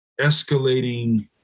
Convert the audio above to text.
escalating